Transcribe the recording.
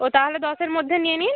ও তাহলে দশের মধ্যে নিয়ে নিন